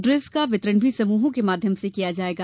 dress का वितरण भी समूहों के माध्यम से किया जायेगा